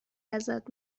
ازت